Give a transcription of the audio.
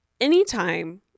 anytime